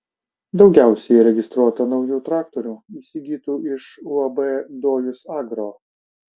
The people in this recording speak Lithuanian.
daugiausiai įregistruota naujų traktorių įsigytų iš uab dojus agro